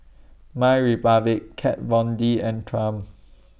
MyRepublic Kat Von D and Triumph